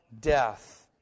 death